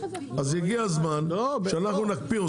אז הגיע הזמן שאנחנו נקפיא אותו.